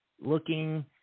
looking